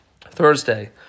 Thursday